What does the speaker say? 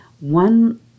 one